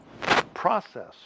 process